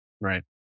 right